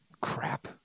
Crap